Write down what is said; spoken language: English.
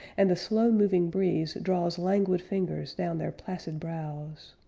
and the slow-moving breeze draws languid fingers down their placid brows.